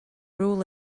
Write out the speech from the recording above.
rule